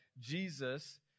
Jesus